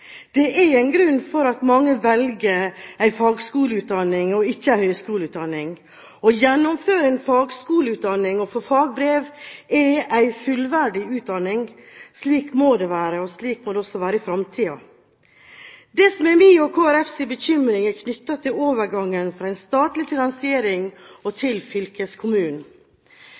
Det er en grunn til at mange velger en fagskoleutdanning og ikke en høyskoleutdanning. Å gjennomføre en fagskoleutdanning og få fagbrev er en fullverdig utdanning. Slik må det være også i fremtiden. Det som er min og Kristelig Folkepartis bekymring, er knyttet til overgangen fra en statlig finansiering og til fylkeskommunen.